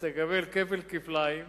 ותקבל כפל-כפליים.